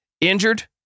injured